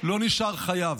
לא נשאר חייב,